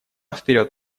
вперед